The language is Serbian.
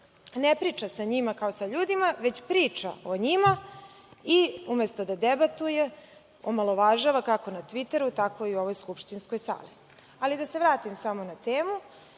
ne priča kao sa ljudima, već priča o njima i, umesto da debatuje, omalovažava kako na tviteru, tako i u ovoj skupštinskoj sali. Da se vratim samo na temu.